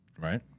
Right